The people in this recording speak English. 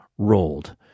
rolled